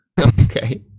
Okay